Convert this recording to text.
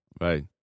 Right